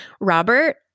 Robert